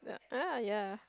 uh uh ya